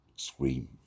scream